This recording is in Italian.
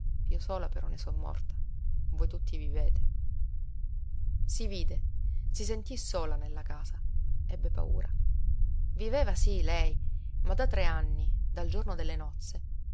io sola però ne son morta voi tutti vivete si vide si sentí sola nella casa ebbe paura viveva sí lei ma da tre anni dal giorno delle nozze